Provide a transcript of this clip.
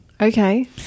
Okay